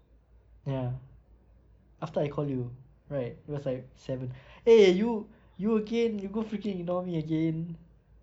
ya after I call you right it was like seven eh you you again you go freaking ignore me again